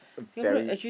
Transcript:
very